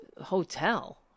Hotel